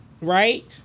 right